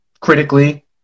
critically